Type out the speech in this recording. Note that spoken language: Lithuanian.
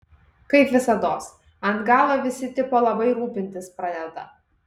kaip visados ant galo visi tipo labai rūpintis pradeda